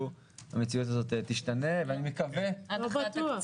המציאות הזאת תשתנה אני מקווה --- לא בטוח.